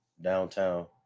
downtown